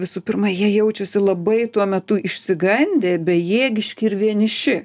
visų pirma jie jaučiasi labai tuo metu išsigandę bejėgiški ir vieniši